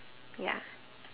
ya